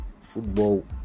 football